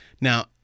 Now